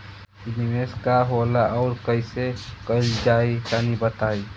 इ निवेस का होला अउर कइसे कइल जाई तनि बताईं?